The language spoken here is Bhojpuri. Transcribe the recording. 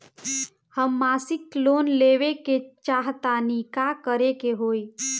हम मासिक लोन लेवे के चाह तानि का करे के होई?